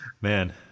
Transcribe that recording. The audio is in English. Man